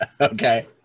Okay